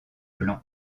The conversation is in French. blanc